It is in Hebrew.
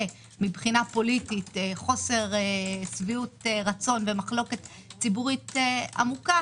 מבחינה פוליטית חוסר שביעות רצון ומחלוקת ציבורית עמוקה